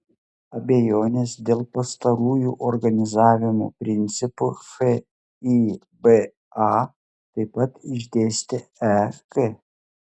abejones dėl pastarųjų organizavimo principų fiba taip pat išdėstė ek